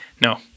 No